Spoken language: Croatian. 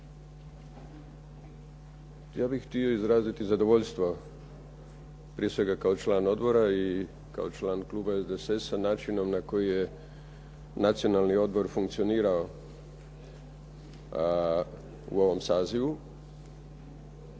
Ja bih htio izraziti zadovoljstvo prije svega kao član odbora i kao član kluba SDSS-a načinom na koji je Nacionalni odbor funkcionirao u ovom sazivu.